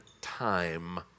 time